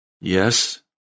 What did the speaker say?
Yes